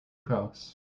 cross